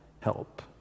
help